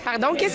Pardon